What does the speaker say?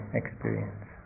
experience